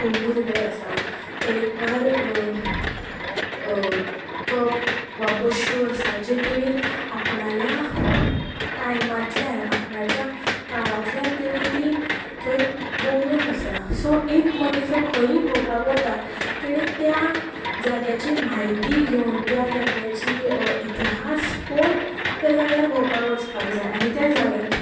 मुर्दे आसा तरेकवार कप वा बश्यो आसा जे तेणी आपणाल्या टायमांतल्यान आपणाच्या काळांतल्यान तेणी ती थंय दवरून आसा सो एक मनीस जो खंयूय भोंवपाक वता तेंणी त्या जाग्याची म्हायती घेवन त्या जाग्याची इतिहास पोवून त्या जाग्यार भोंवपाक वचपाक जाय आनी त्या जाग्या